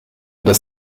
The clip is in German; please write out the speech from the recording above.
dass